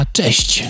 cześć